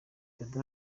prezida